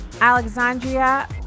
Alexandria